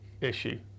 issue